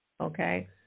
Okay